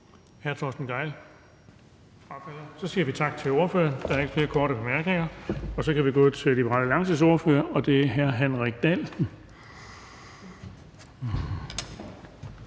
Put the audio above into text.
Den fg. formand (Erling Bonnesen): Så siger vi tak til ordføreren. Der er ikke flere korte bemærkninger. Så kan vi gå til Liberal Alliances ordfører, og det er hr. Henrik Dahl.